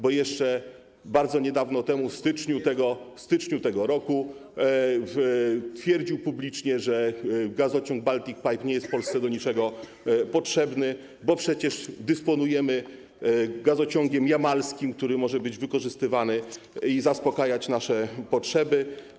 bo jeszcze niedawno temu, w styczniu tego roku, twierdził publicznie, że gazociąg Baltic Pipe nie jest Polsce do niczego potrzebny, bo przecież dysponujemy gazociągiem jamalskim, który może być wykorzystywany i zaspokajać nasze potrzeby.